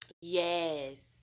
Yes